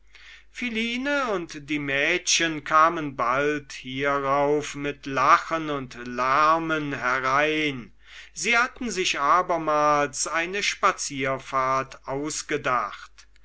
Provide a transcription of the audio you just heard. philine und die mädchen kamen bald hierauf mit lachen und lärmen herein sie hatten sich abermals eine spazierfahrt ausgedacht